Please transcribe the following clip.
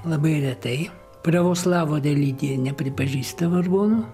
labai retai pravoslavų religija nepripažįsta vargonų